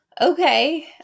Okay